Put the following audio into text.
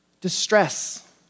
distress